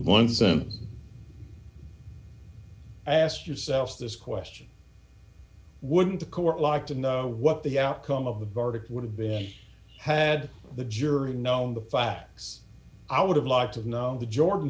thousand ask yourself this question wouldn't the court like to know what the outcome of the verdict would have been had the jury known the facts i would have liked to know the jordan